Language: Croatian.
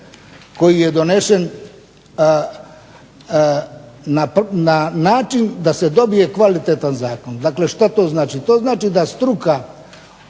koji je donešen na način da se dobije kvalitetan zakon. Što to znači? To znači da struka